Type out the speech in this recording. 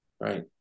Right